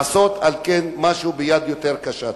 על כן, לעשות משהו ביד יותר קשה.